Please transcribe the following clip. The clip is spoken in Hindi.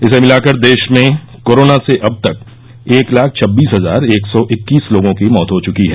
इसे मिलाकर देश में कोरोना से अब तक एक लाख छब्बीस हजार एक सौ इक्कीस लोगों की मौत हो चुकी है